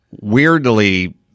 weirdly –